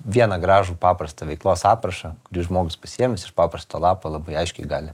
vieną gražų paprastą veiklos aprašą kurį žmogus pasiėmęs iš paprasto lapo labai aiškiai gali